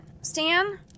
Stan